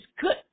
good